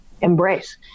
embrace